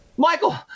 Michael